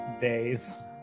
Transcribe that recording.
days